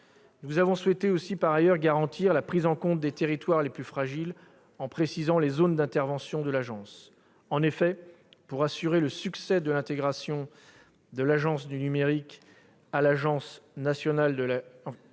nous avons souhaité garantir la prise en compte des territoires les plus fragiles en précisant les zones d'intervention de l'agence. De plus, pour assurer le succès de l'intégration de l'Agence du numérique à l'agence nationale de la cohésion